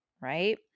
right